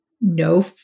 no